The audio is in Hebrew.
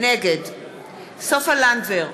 נגד סופה לנדבר,